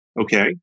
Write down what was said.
Okay